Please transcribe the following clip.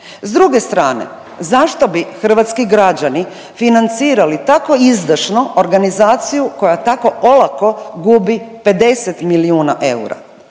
S druge strane, zašto bi hrvatski građani financirali tako izdašno organizaciju koja tako olako gubi 50 milijuna eura?